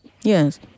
yes